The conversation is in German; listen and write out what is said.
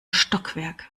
stockwerk